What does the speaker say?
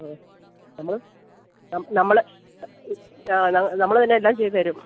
ആ നമ്മള് നമ്മള് ആ നമ്മള് തന്നെ എല്ലാം ചെയ്തുതരും